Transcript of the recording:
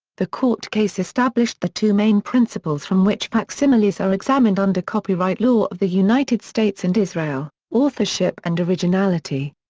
the court case established the two main principles from which facsimiles are examined under copyright law of the united states and israel authorship and originality.